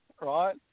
Right